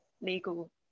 legal